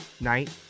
night